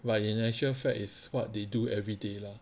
but in actual fact is what they do everyday lah